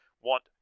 want